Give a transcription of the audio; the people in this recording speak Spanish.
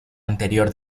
anterior